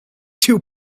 two